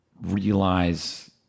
realize